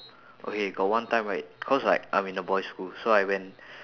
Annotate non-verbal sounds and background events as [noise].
okay got one time right cause like I'm in a boys' school so I went [breath]